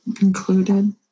Included